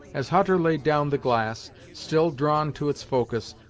as hutter laid down the glass, still drawn to its focus,